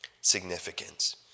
significance